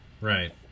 right